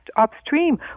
upstream